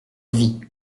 vie